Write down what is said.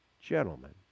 gentlemen